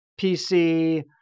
PC